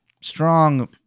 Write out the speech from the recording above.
strong